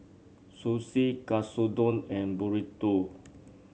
Sushi Katsudon and Burrito